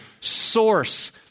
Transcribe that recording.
source